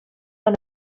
amb